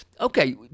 Okay